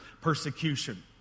persecution